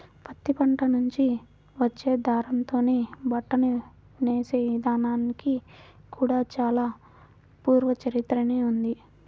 పత్తి పంట నుంచి వచ్చే దారంతోనే బట్టను నేసే ఇదానానికి కూడా చానా పూర్వ చరిత్రనే ఉంది